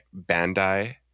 Bandai